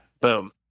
boom